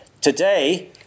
Today